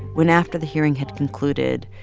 when after the hearing had concluded,